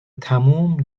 تموم